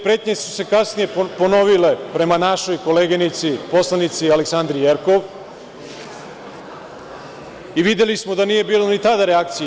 Pretnje su se kasnije ponovile prema našoj koleginici poslanici Aleksandri Jerkov i videli smo da ni tada nije bilo reakcije.